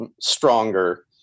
stronger